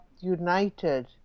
united